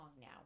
now